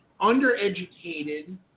undereducated